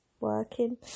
working